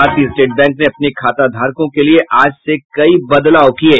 भारतीय State Bank ने अपने खाताधारकों के लिये आज से कई बदलाव किये